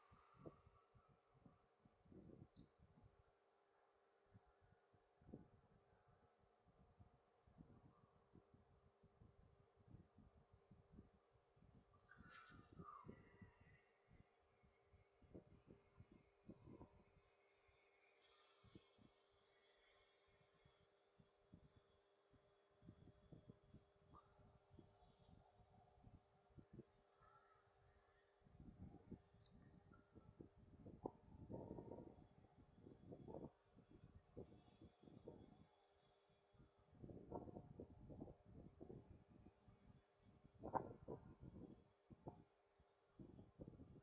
home